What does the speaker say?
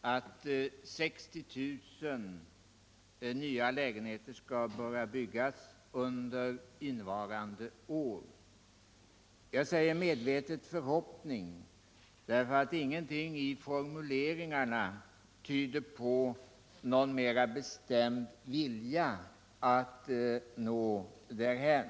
att 60 000 nya lägenheter skall börja byggas under innevarande år. Jag säger medvetet ”förhoppning”, därför att ingenting i formuleringarna tyder på någon mera bestämd vilja att nå därhän.